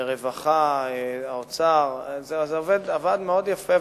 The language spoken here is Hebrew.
רווחה, האוצר, וזה עבד מאוד יפה.